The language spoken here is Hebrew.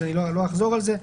אני לא אחזור על זה,